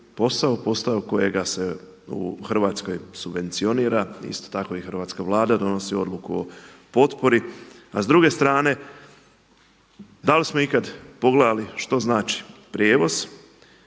postao kojega se u Hrvatskoj subvencionira, isto tako i hrvatska Vlada donosi odluku o potpori, a s druge strane dal smo ikad pogledali što znači prijevoz,